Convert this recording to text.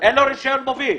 אין לו רשיון מוביל.